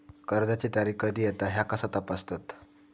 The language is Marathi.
कर्जाची तारीख कधी येता ह्या कसा तपासतत?